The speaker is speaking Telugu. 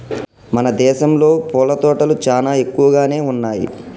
మన దేసంలో పూల తోటలు చానా ఎక్కువగానే ఉన్నయ్యి